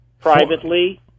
privately